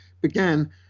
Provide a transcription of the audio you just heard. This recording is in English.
began